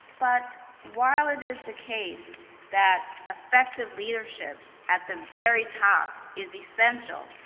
but while it is the case that effective leadership at the very top is essential,